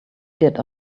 did